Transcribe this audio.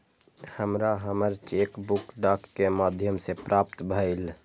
हमरा हमर cheque book डाक के माध्यम से प्राप्त भईल